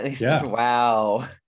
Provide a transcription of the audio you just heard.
wow